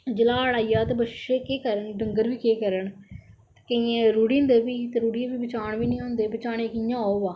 जिसले हाड़ आई जा ते बच्छे के करन डंगर बी केह् करन केंइयें दे रुढ़ी जंदे फ्ही रुढ़ी ऐ फ्ही बचान बी नेईं होंदे बचाने कियां ओह्